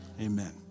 Amen